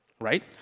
right